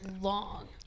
long